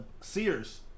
Sears